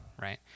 right